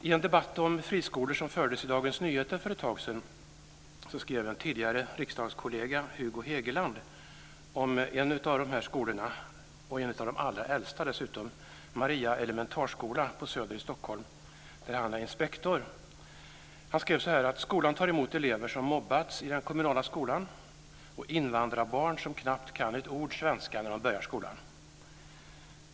I en debatt om friskolor som fördes i Dagens Nyheter för ett tag sedan skrev en tidigare riksdagskollega Hugo Hegeland om en av de äldsta av dessa skolor, Maria Elementarskola på Söder i Stockholm där har är inspektor, bl.a. följande: Skolan tar emot elever som mobbats i den kommunala skolan och invandrarbarn som knappt kan ett ord svenska när de börjar skola.